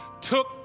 took